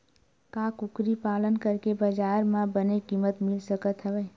का कुकरी पालन करके बजार म बने किमत मिल सकत हवय?